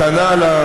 על ההמתנה לממשלתית.